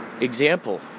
example